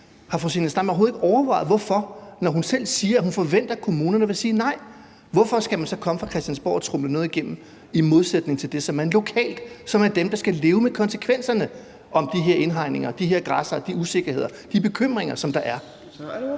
Har fru Zenia Stampe overhovedet ikke overvejet hvorfor, når hun selv siger, at hun forventer, at kommunerne vil sige nej? Hvorfor skal man så komme fra Christiansborg og tromle noget igennem, som står i modsætning til det, som man vil lokalt, hvor man skal leve med konsekvenserne af de her indhegninger og de her græssere, og hvor der er usikkerheder og bekymringer? Kl.